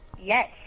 Yes